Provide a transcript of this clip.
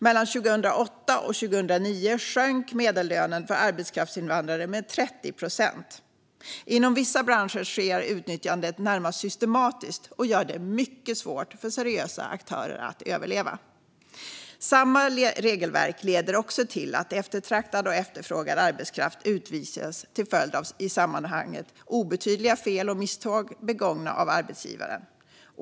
Mellan 2008 och 2009 sjönk medellönen för arbetskraftsinvandrare med 30 procent. Inom vissa branscher sker utnyttjandet närmast systematiskt och gör det mycket svårt för seriösa aktörer att överleva. Samma regelverk leder också till att eftertraktad och efterfrågad arbetskraft utvisas till följd av i sammanhanget obetydliga fel och misstag begångna av arbetsgivaren.